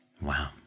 Wow